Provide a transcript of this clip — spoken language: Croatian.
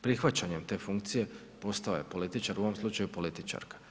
Prihvaćanjem te funkcije postao je političar, u ovom slučaju političarka.